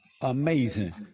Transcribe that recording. amazing